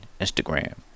Instagram